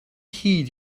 heed